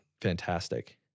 fantastic